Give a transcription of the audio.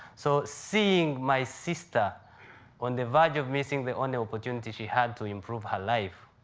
so seeing my sister on the verge of missing the only opportunity she had to improve her life,